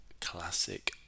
classic